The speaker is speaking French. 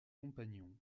compagnons